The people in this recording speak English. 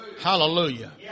Hallelujah